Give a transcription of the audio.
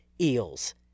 eels